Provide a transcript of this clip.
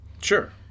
sure